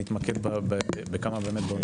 נתמקד בנושא הזה באמת.